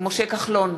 משה כחלון,